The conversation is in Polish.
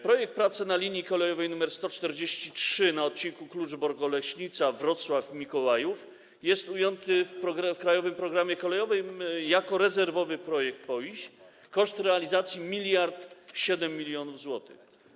Projekt prac na linii kolejowej nr 143 na odcinku Kluczbork - Oleśnica - Wrocław Mikołajów jest ujęty w „Krajowym programie kolejowym” jako rezerwowy projekt PO IiŚ, koszt realizacji to 1007 mln zł.